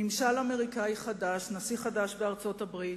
ממשל אמריקני חדש, נשיא חדש בארצות-הברית,